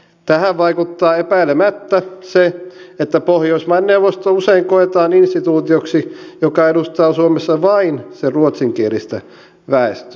tähän vaikuttaa epäilemättä se että pohjoismaiden neuvosto usein koetaan instituutioksi joka edustaa suomessa vain sen ruotsinkielistä väestöä